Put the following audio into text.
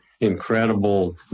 incredible